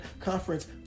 Conference